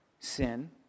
Sin